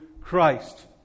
Christ